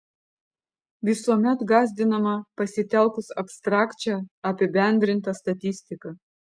visuomet gąsdinama pasitelkus abstrakčią apibendrintą statistiką